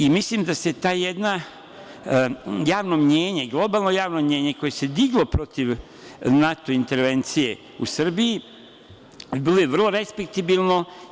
I mislim da javno mnjenje, globalno javno mnjenje koje se diglo protiv NATO intervencije u Srbiji je bilo vrlo respektabilno.